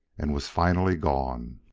and was finally gone.